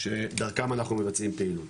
שדרכן אנחנו מבצעים פעילות,